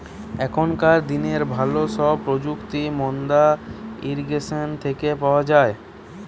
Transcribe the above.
এখনকার দিনের ভালো সব প্রযুক্তি মাদ্দা ইরিগেশন থেকে পাওয়া যায়